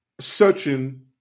searching